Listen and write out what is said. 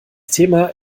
thema